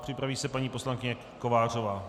Připraví se paní poslankyně Kovářová.